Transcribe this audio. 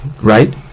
right